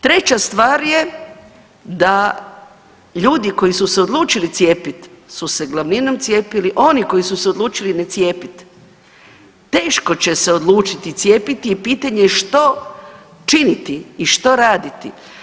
Treća stvar je da ljudi koji su se odlučili cijepiti su se glavninom cijepili, oni koji su se odlučili ne cijepiti, teško će se odlučiti cijepiti i pitanje je što činiti i što raditi.